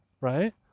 right